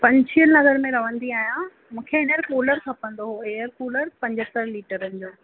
पंश्चिल नगर में रहंदी आहियां मूंखे हींअर कूलर खपंदो एयर कूलर पंजहतरि लीटरनि जो